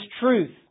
truth